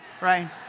Right